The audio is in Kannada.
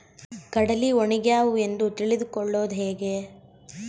ಕಡಲಿ ಒಣಗ್ಯಾವು ಎಂದು ತಿಳಿದು ಕೊಳ್ಳೋದು ಹೇಗೆ?